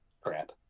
crap